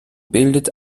bildet